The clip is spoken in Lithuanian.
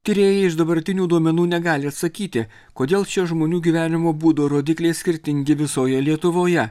tyrėjai iš dabartinių duomenų negali atsakyti kodėl šie žmonių gyvenimo būdo rodikliai skirtingi visoje lietuvoje